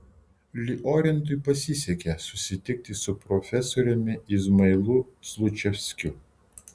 liorentui pasisekė susitikti su profesoriumi izmailu slučevskiu